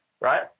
right